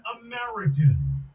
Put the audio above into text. American